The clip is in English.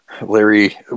Larry